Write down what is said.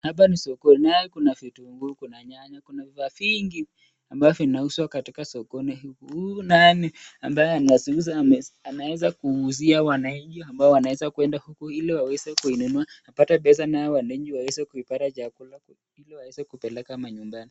Hapa ni sokoni, naye kuna vitungu, kuna nyanya, kuna vifaa vingi, ambavyo vinauzwa katika sokoni hii, huyu naye ambaye anaziuza ameweza kuuzia wananchi ambao wanaweza kuenda kuku iliwaweze kukununua kupata pesa naye wananchi waweze kuipata chakula ili waweze kupeleka manyumbani.